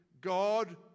God